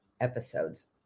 episodes